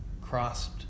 crossed